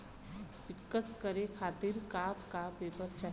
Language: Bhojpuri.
पिक्कस करे खातिर का का पेपर चाही?